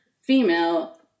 female